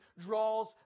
draws